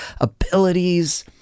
abilities